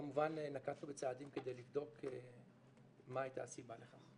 כמובן שנקטנו בצעדים כדי לבדוק מה הייתה הסיבה לכך.